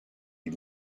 had